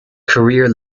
career